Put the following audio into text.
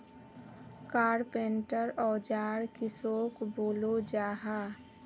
Carpenter औजार किसोक बोलो जाहा?